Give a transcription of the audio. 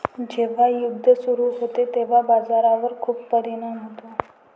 जेव्हा युद्ध सुरू होते तेव्हा बाजारावर खूप परिणाम होतो